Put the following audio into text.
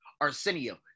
Arsenio